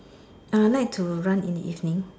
I like to run in the evening